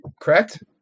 correct